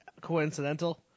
coincidental